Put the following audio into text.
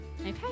Okay